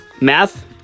Math